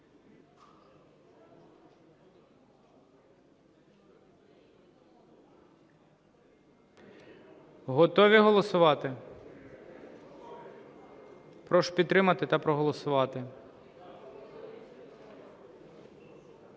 Готові голосувати? Прошу підтримати та проголосувати.